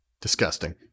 Disgusting